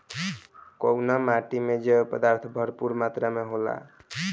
कउना माटी मे जैव पदार्थ भरपूर मात्रा में होला?